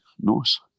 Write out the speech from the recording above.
Nice